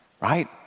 Right